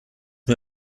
mir